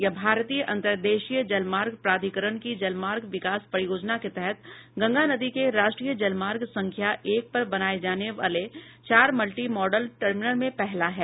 यह भारतीय अंतरदेशीय जलमार्ग प्राधिकरण की जलमार्ग विकास परियोजना के तहत गंगा नदी के राष्ट्रीय जलमार्ग संख्या एक पर बनाए जाने वाले चार मल्टी मॉडल टर्मिनल में पहला है